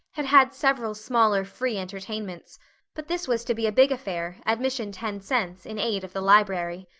had had several smaller free entertainments but this was to be a big affair, admission ten cents, in aid of the library.